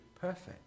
perfect